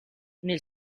nel